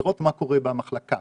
לראות מה קורה במחלקה